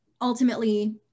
ultimately